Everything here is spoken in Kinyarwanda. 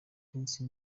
prince